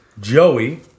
Joey